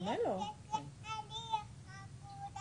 ואז אנחנו באים לטריבונלים הבין-לאומיים ואומרים: חבר'ה,